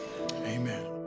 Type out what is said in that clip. amen